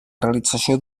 realització